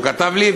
והוא כתב לי,